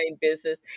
business